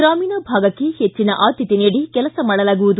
ಗ್ರಾಮೀಣ ಭಾಗಕ್ಕೆ ಹೆಚ್ಚಿನ ಆದ್ಯತೆ ನೀಡಿ ಕೆಲಸ ಮಾಡಲಾಗುವುದು